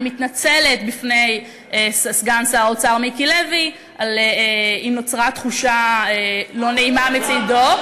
אני מתנצלת בפני סגן שר האוצר מיקי לוי אם נוצרה תחושה לא נעימה מצדו,